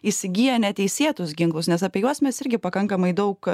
įsigyja neteisėtus ginklus nes apie juos mes irgi pakankamai daug